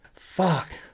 fuck